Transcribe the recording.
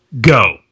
Go